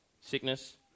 sickness